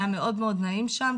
זה היה מאוד מאוד נעים שם,